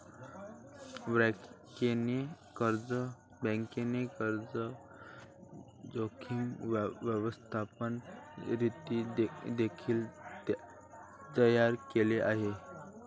बँकेने कर्ज जोखीम व्यवस्थापन नीती देखील तयार केले आहे